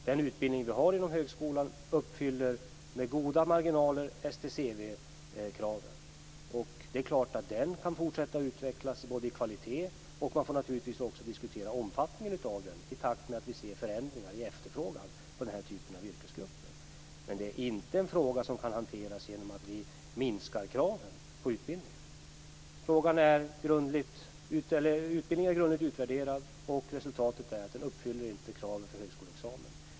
Den utbildning som finns inom högskolan uppfyller med goda marginaler STCW-kraven. Det är klart att den utbildningen kan fortsätta att utvecklas när det gäller kvalitet. Man får naturligtvis också diskutera omfattningen av utbildningen i takt med att det sker förändringar i efterfrågan på den här typen av yrkesgrupper. Det är inte en fråga som kan hanteras genom att vi minskar kraven på utbildningen. Utbildningen är grundligt utvärderad, och resultatet är att den inte uppfyller kraven för högskoleexamen.